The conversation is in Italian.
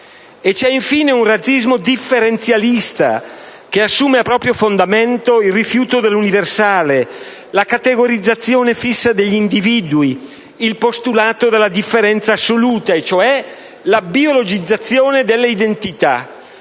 - come scrive il senatore Luigi Manconi - assume a proprio fondamento il rifiuto dell'universale, la categorizzazione fissa degli individui, il postulato della differenza assoluta, e cioè la biologizzazione delle identità: